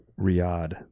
Riyadh